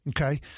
Okay